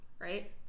Right